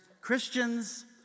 Christians